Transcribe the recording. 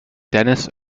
denis